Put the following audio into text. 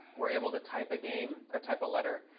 were able to type a game, or type a letter.